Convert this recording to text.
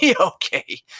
Okay